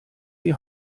die